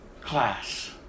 class